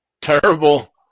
terrible